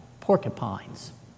porcupines